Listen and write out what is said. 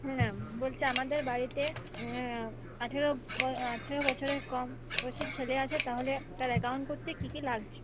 হ্যাঁ বলছি আমাদের বাড়িতে আঠেরো ব আঠেরো বছরের কম বয়সী ছেলে আছে তাহলে তার অ্যাকাউন্ট করতে কী কী লাগঝে